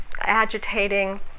agitating